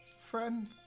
FRIEND